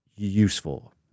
useful